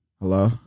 Hello